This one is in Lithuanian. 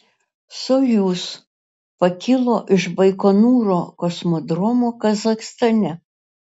sojuz pakilo iš baikonūro kosmodromo kazachstane